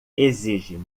exige